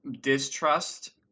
distrust